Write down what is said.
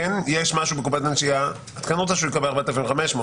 אם כן יש משהו בקופת הנשייה את רוצה שהוא יקבל 4,500 שקלים.